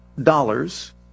dollars